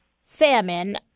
salmon